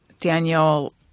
Daniel